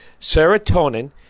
Serotonin